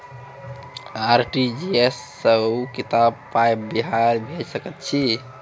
RTGS सअ कतबा पाय बाहर भेज सकैत छी?